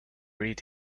read